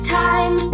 time